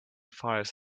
fires